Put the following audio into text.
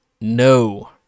no